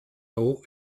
haut